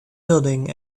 building